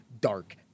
dark